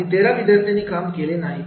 आणि तेरा विद्यार्थ्यांनी काम केले नाही